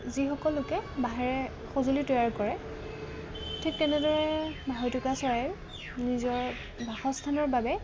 যিসকললোকে বাঁহেৰে সঁজুলি তৈয়াৰ কৰে ঠিক তেনেদৰে বাঢ়ৈটোকা চৰাইও নিজৰ বাসস্থানৰ বাবে